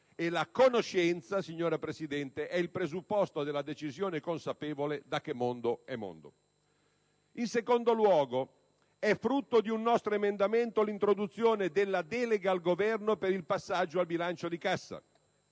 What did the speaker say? E la conoscenza, signora Presidente, è il presupposto della decisione consapevole da che mondo è mondo. In secondo luogo, è frutto di un nostro emendamento l'introduzione della delega al Governo per il passaggio al bilancio di cassa